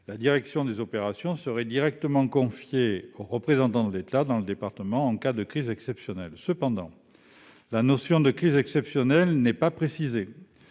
la direction des opérations serait directement confiée au représentant de l'État dans le département en cas de crise exceptionnelle. Cependant, la notion de crise exceptionnelle n'est pas précisée.